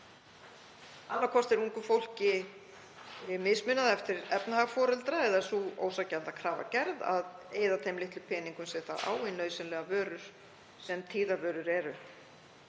Annaðhvort er ungu fólki mismunað eftir efnahag foreldra eða sú ósanngjarna krafa gerð að það eyði þeim litlu peningum sem það á í nauðsynlegar vörur sem tíðavörur eru.